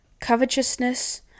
covetousness